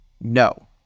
no